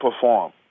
perform